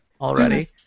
already